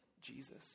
Jesus